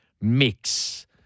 mix